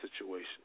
situation